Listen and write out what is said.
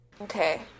Okay